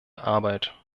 arbeit